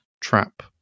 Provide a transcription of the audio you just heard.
trap